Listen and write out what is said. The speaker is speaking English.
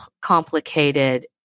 complicated